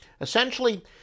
Essentially